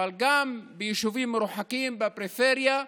אבל גם ביישובים מרוחקים בפריפריה,